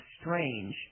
strange